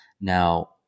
Now